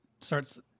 starts